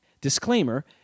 Disclaimer